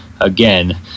again